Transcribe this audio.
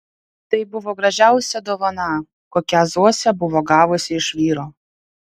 tai buvo gražiausia dovana kokią zosė buvo gavusi iš vyro